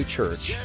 Church